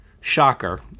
Shocker